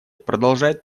продолжает